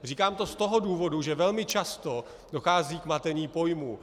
Říkám to z toho důvodu, že velmi často dochází k matení pojmů.